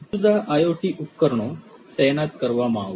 તેથી જુદા જુદા IoT ઉપકરણો તૈનાત કરવામાં આવશે